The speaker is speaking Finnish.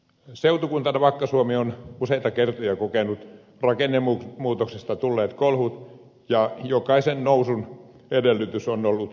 seutukuntana vakka suomi on useita kertoja kokenut rakennemuutoksesta tulleet kolhut ja jokaisen nousun edellytys on ollut uudistuminen